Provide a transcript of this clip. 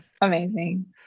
Amazing